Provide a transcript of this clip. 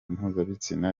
mpuzabitsina